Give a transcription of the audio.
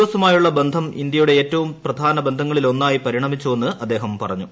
എസുമായുള്ള ബന്ധം ഇന്ത്യയൂടെ ഏറ്റവും പ്രധാന ബന്ധങ്ങളിലൊന്നായി പരിണമിച്ചുവെന്ന് ആദ്ദേഹം പറഞ്ഞു